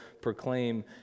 proclaim